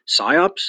PSYOPs